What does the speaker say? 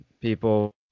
people